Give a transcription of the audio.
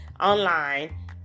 online